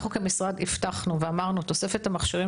כמשרד אמרנו והבטחנו שתוספת המכשירים,